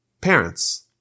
parents